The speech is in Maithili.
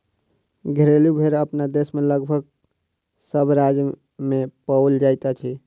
घरेलू भेंड़ अपना देश मे लगभग सभ राज्य मे पाओल जाइत अछि